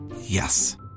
Yes